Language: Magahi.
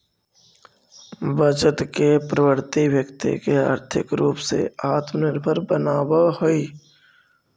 बचत के प्रवृत्ति व्यक्ति के आर्थिक रूप से आत्मनिर्भर बनावऽ हई